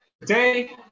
Today